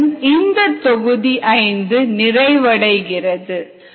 இத்துடன் இந்த தொகுதி 5 நிறைவடைகிறது